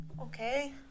Okay